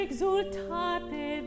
Exultate